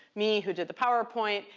me, who did the powerpoint,